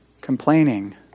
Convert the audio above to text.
complaining